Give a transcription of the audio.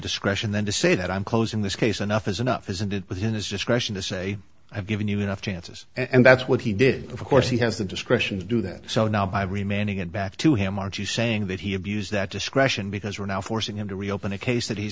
discretion then to say that i'm close in this case enough is enough isn't it within his discretion to say i've given you enough chances and that's what he did of course he has the discretion to do that so now by remaining it back to him are you saying that he abused that discretion because we're now forcing him to reopen a case that he